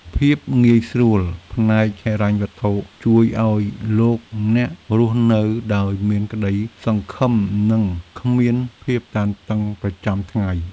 ភាពងាយស្រួលផ្នែកហិរញ្ញវត្ថុជួយឱ្យលោកអ្នករស់នៅដោយមានក្ដីសង្ឃឹមនិងគ្មានភាពតានតឹងប្រចាំថ្ងៃ។